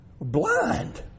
blind